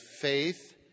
faith